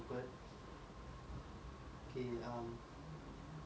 I think we are coming to the end of our conversation